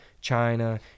China